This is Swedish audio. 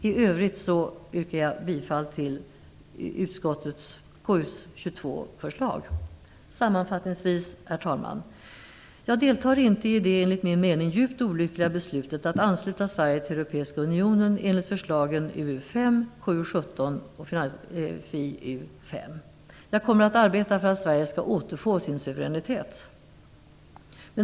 I övrigt yrkar jag bifall till utskottets förslag i betänkandet Herr talman! Sammanfattningsvis deltar jag inte i det enligt min mening djupt olyckliga beslutet att ansluta Sverige till Europeiska unionen, enligt förslagen i UU5, KU17 och FiU5. Jag kommer att arbeta för att Sverige skall återfå sin suveränitet.